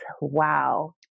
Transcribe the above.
wow